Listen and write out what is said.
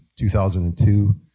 2002